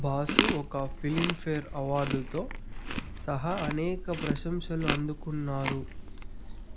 boss ఒక Filmfare అవార్డుతో సహా అనేక ప్రశంసలు అందుకున్నారు